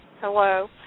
Hello